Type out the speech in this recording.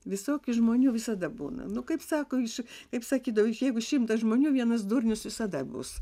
visokių žmonių visada būna nu kaip sako iš kaip sakydavo jeigu šimtas žmonių vienas durnius visada bus